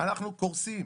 אנחנו קורסים.